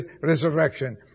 resurrection